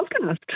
podcast